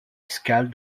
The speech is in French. escale